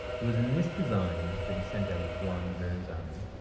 it was in this design that he sent out juan verrazano